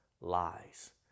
lies